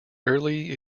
early